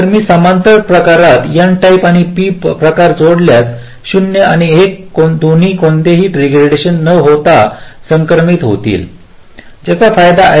तर मी समांतर प्रकारात N टाइप आणि P प्रकार जोडल्यास 0 आणि 1 दोन्ही कोणत्याही डीग्रेडेशन न होता संक्रमित होतील ज्याचा फायदा आहे